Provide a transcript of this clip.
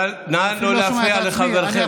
נא לא להפריע לחברכם.